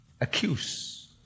accuse